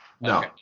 No